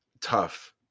tough –